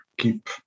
keep